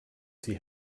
see